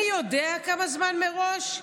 אני יודע כמה זמן מראש?